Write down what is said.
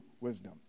wisdom